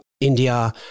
India